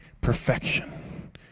perfection